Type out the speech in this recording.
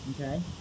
Okay